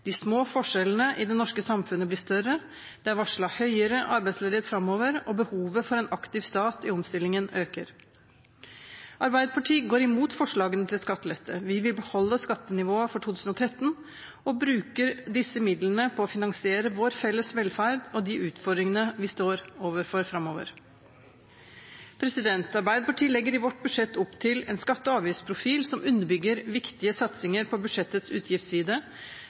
De små forskjellene i det norske samfunnet blir større. Det er varslet høyere arbeidsledighet framover, og behovet for en aktiv stat i omstillingen øker. Arbeiderpartiet går imot forslagene til skattelette. Vi vil beholde skattenivået for 2013 og bruke disse midlene på å finansiere vår felles velferd og de utfordringene vi står overfor framover. Arbeiderpartiet legger i sitt alternative statsbudsjett opp til en skatte- og avgiftsprofil som underbygger viktige satsinger på budsjettets utgiftsside,